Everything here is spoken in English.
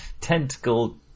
tentacle